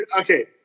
okay